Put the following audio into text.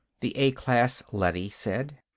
the a-class leady said.